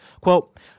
Quote